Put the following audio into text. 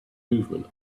movement